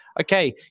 Okay